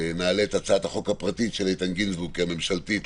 נעלה את הצעת החוק הפרטית של איתן גינזבורג כי הממשלתית,